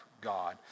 God